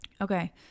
Okay